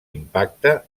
impacte